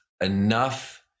enough